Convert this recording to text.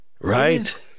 Right